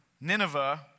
Nineveh